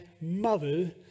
mother